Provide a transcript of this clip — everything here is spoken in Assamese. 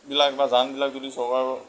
বিলাক বা জানবিলাক যদি চৰকাৰ